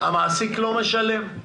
המעסיק לא משלם.